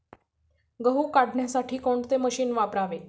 गहू काढण्यासाठी कोणते मशीन वापरावे?